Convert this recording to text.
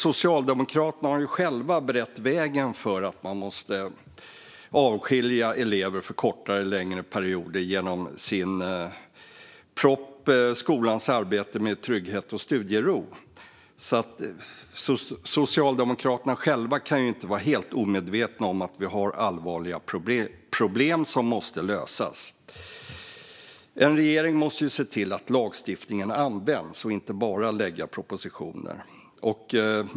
Socialdemokraterna har själva berett vägen för att avskilja elever för kortare eller längre perioder i propositionen Skolans arbete med trygghet och studiero . Socialdemokraterna själva kan inte vara helt omedvetna om att det finns allvarliga problem som måste lösas. En regering måste se till att lagstiftningen används, inte bara lägga fram propositioner.